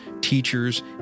teachers